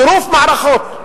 טירוף מערכות.